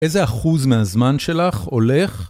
איזה אחוז מהזמן שלך הולך?